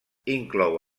inclou